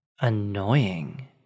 Annoying